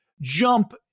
jump